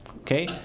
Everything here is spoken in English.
Okay